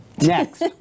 Next